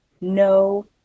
No